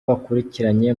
bakurikiranye